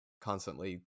constantly